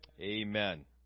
Amen